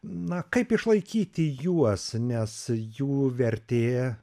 na kaip išlaikyti juos nes jų vertė